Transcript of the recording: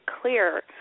clear